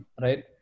Right